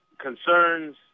concerns